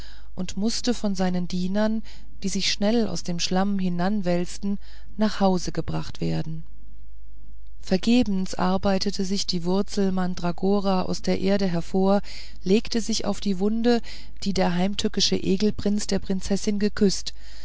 und mußte von seinen dienern die sich schnell aus dem schlamm hinanwälzten nach hause gebracht werden vergebens arbeitete sich die wurzel mandragora aus der erde hervor legte sich auf die wunde die der heimtückische egelprinz der prinzessin geküßt